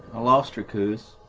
ah lost her cuz.